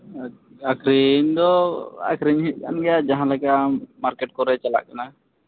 ᱟᱹᱠᱷᱨᱤᱧ ᱫᱚ ᱟᱹᱠᱷᱨᱤᱧ ᱦᱩᱭᱩᱜ ᱠᱟᱱ ᱜᱮᱭᱟ ᱡᱟᱦᱟᱸ ᱞᱮᱠᱟ ᱢᱟᱨᱠᱮᱹᱴ ᱠᱚᱨᱮ ᱪᱟᱞᱟᱜ ᱠᱟᱱᱟ